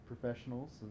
professionals